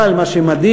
אבל מה שמדאיג,